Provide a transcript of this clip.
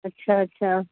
अच्छा अच्छा